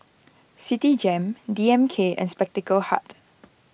Citigem D M K and Spectacle Hut